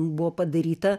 buvo padaryta